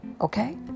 okay